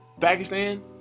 Pakistan